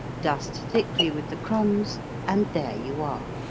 dust thickly with the crumbs and there you are.